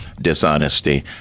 dishonesty